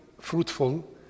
fruitful